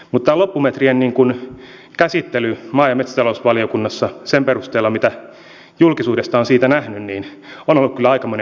tämä loppumetrien käsittely maa ja metsätalousvaliokunnassa sen perusteella mitä julkisuudesta olen siitä nähnyt on ollut kyllä aikamoinen farssi